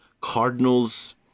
Cardinals